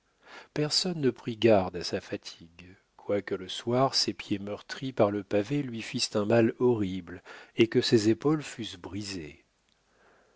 personne ne prit garde à sa fatigue quoique le soir ses pieds meurtris par le pavé lui fissent un mal horrible et que ses épaules fussent brisées